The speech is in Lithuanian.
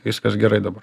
viskas gerai dabar